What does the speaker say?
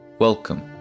Welcome